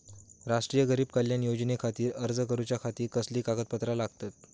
राष्ट्रीय गरीब कल्याण योजनेखातीर अर्ज करूच्या खाती कसली कागदपत्रा लागतत?